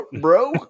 bro